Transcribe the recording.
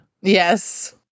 Yes